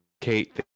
Kate